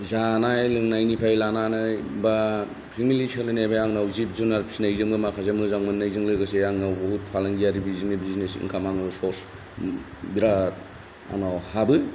जानाय लोंनायनिफ्राय लानानै बा फेमिलि सोलिनाय बे आंनाव जिब जुनार फिसिनायजोंबो माखासे मोजां मोननायजों लोगोसे आंनाव बहुद फालांगियारि बिदिनो बिजनेस इन्काम आंनाव सर्स बिराद आंनाव हाबो